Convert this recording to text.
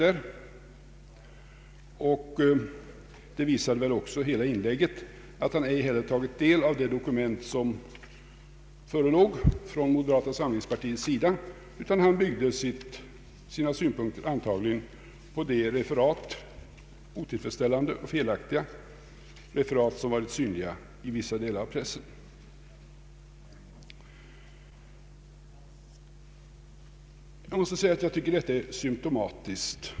Hela inlägget visar också att han ej heller tagit del av de argument som förelåg från moderata samlingspartiets sida, utan han har antagligen byggt sina synpunkter på de otillfredsställande och felaktiga referat som varit synliga i vissa delar av pressen. Jag tycker att detta är symtomatiskt.